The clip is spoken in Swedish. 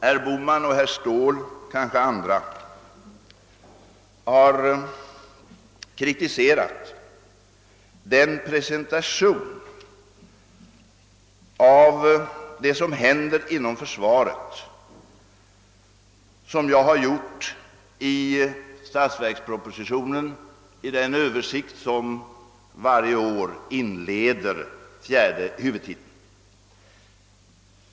Herr Bohman och herr Ståhl — och kanske andra — har kritiserat den presentation av det som händer inom försvaret som jag har givit i statsverkspropositionen i den översikt som varje år inleder fjärde huvudtiteln.